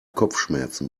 kopfschmerzen